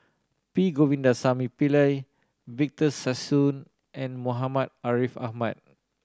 P Govindasamy Pillai Victor Sassoon and Muhammad Ariff Ahmad